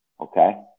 Okay